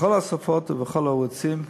בכל השפות ובכל הערוצים.